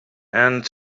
and